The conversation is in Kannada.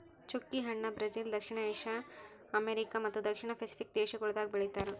ಚ್ಚುಕಿ ಹಣ್ಣ ಬ್ರೆಜಿಲ್, ದಕ್ಷಿಣ ಏಷ್ಯಾ, ಏಷ್ಯಾ, ಅಮೆರಿಕಾ ಮತ್ತ ದಕ್ಷಿಣ ಪೆಸಿಫಿಕ್ ದೇಶಗೊಳ್ದಾಗ್ ಬೆಳಿತಾರ್